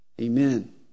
amen